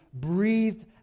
breathed